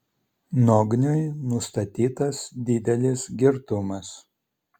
nogniui nustatytas didelis girtumas